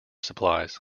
supplies